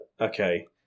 Okay